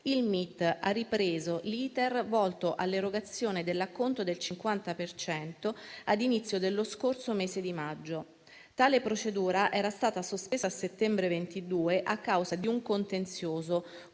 il MIT ha ripreso l'*iter* volto all'erogazione dell'acconto del 50 per cento a inizio dello scorso mese di maggio. Tale procedura era stata sospesa a settembre 2022 a causa di un contenzioso,